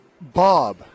Bob